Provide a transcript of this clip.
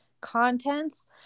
contents